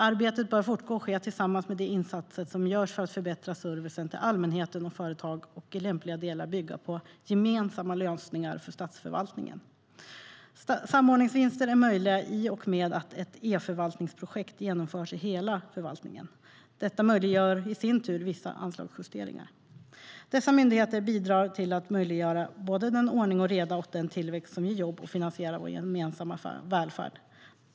Arbetet bör fortgå och ske tillsammans med de insatser som görs för att förbättra servicen till allmänheten och företag och i lämpliga delar bygga på gemensamma lösningar för statsförvaltningen. Samordningsvinster är möjliga i och med att ett e-förvaltningsprojekt genomförs i hela förvaltningen. Det möjliggör i sin tur vissa anslagsjusteringar. Dessa myndigheter bidrar till att möjliggöra både den ordning och reda och den tillväxt som finansierar vår gemensamma välfärd.